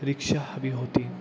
रिक्षा हवी होती